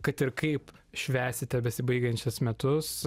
kad ir kaip švęsite besibaigiančius metus